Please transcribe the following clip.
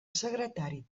secretari